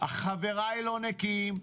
חבריי לא נקיים,